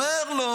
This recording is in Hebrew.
ואומר לו: